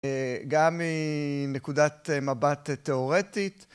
גם נקודת מבט תאורטית.